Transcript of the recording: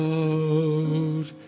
out